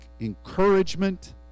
encouragement